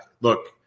look